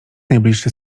najbliższy